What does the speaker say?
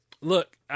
Look